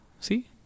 see